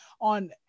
on